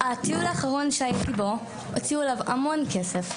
הטיול האחרון שהייתי בו הוציאו עליו המון כסף,